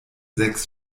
sechs